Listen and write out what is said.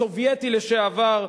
הסובייטי לשעבר,